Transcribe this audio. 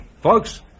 Folks